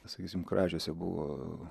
sakysim kražiuose buvo